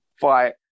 fight